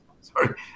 sorry